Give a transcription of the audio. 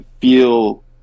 feel